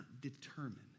determine